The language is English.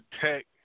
Tech